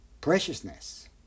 preciousness